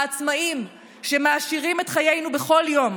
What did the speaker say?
העצמאים שמעשירים את חיינו בכל יום,